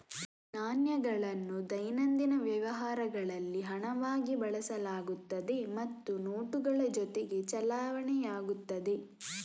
ನಾಣ್ಯಗಳನ್ನು ದೈನಂದಿನ ವ್ಯವಹಾರಗಳಲ್ಲಿ ಹಣವಾಗಿ ಬಳಸಲಾಗುತ್ತದೆ ಮತ್ತು ನೋಟುಗಳ ಜೊತೆಗೆ ಚಲಾವಣೆಯಾಗುತ್ತದೆ